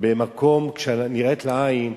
במקום כשהיא נראית לעין,